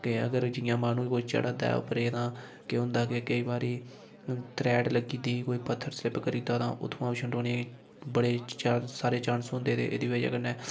कि अगर जि'यां माह्नू कोई चढ़ा दा ऐ उप्परै ई तां केह् होंदा कि केईं बारी तरैह्ट लग्गी दी कोई पत्थर स्लिप करी दा तां उ'त्थुआं छंडोने दे बड़े चांस सारे चांस होंदे ते एह्दी बजह् कन्नै